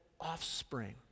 offspring